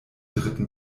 dritten